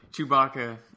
Chewbacca